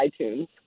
iTunes